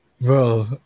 bro